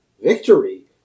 victory